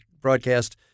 broadcast